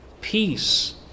Peace